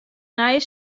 nije